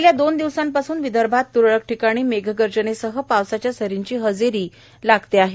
गेल्या दोन दिवसांपासून विदर्भात त्रळक ठिकाणी मेघगर्जनेसह पावसाच्या सरींची हजेरी त्रळक ठिकाणी लागते आहे